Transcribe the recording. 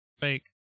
fake